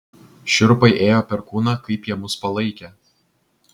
šiurpai ėjo per kūną kaip jie mus palaikė